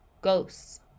ghosts